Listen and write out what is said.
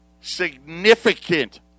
significant